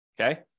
Okay